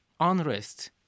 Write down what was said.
Unrest